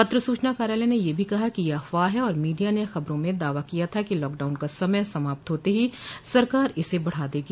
पत्र सूचना कार्यालय ने यह भी कहा कि यह अफवाह है और मीडिया ने खबरों में दावा किया था कि लॉकडाउन का समय समाप्त हाते ही सरकार इसे बढा देगी